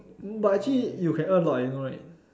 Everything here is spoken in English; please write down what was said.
but actually you can earn a lot you know right